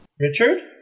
Richard